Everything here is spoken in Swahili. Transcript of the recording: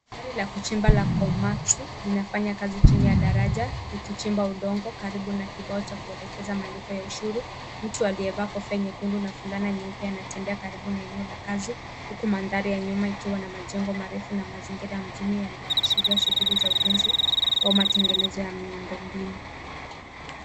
Gari la kuchimba la Komat'su , linafanya kazi chini ya daraja, likichimba udongo karibu na kibao cha kuelekeza malipo ya ushuru. Mtu aliyevaa kofia nyekundu na fulana nyeupe anatembea karibu na eneo la kazi, huku mandhari ya nyuma ikiwa na majengo marefu na mazingira ya mjini, yanayoashiria shughuli za ujenzi wa matengenezo ya miundo mbinu.